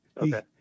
Okay